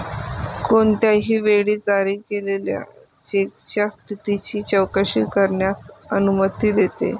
कोणत्याही वेळी जारी केलेल्या चेकच्या स्थितीची चौकशी करण्यास अनुमती देते